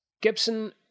Gibson